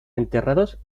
enterrados